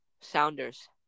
Sounders